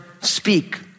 speak